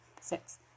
six